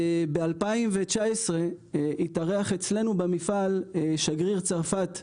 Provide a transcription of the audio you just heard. ב-2019 התארח אצלנו במפעל שגריר צרפת בישראל,